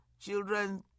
children